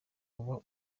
uba